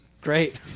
Great